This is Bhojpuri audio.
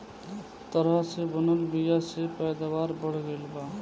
तरह से बनल बीया से पैदावार बढ़ गईल बा